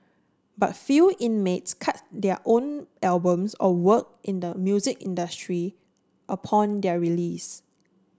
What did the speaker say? but few inmates cut their own albums or work in the music industry upon their release